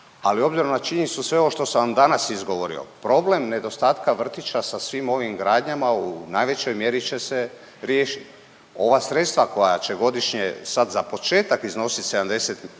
ali obzirom na činjenicu sve ovo što sam vam danas izgovorio, problem nedostatka vrtića sa svim ovim gradnjama u najvećoj mjeri će se riješiti. Ova sredstva koja će godišnje sad za početak iznositi 70, preko